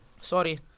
Sorry